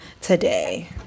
today